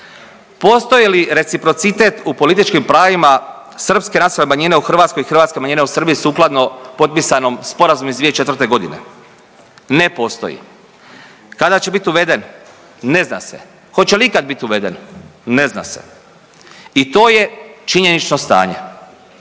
Postoji li reciprocitet u političkim pravima srpske nacionalne manjine u Hrvatskoj i hrvatske manjine u Srbiji sukladno potpisanom sporazumu iz 2004. godine? Ne postoji. Kada će biti uveden? Ne zna se. Hoće li ikada biti uveden? Ne zna se. I to je činjenično stanje